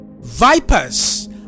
vipers